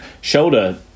shoulder